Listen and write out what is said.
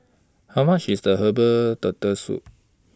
How much IS The Herbal Turtle Soup